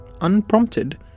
unprompted